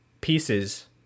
pieces